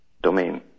domain